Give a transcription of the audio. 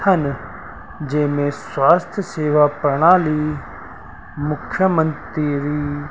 अथनि जंहिं में स्वास्थ्य सेवा प्रणाली मुख्यमंत्री